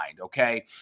Okay